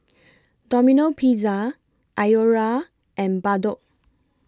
Domino Pizza Iora and Bardot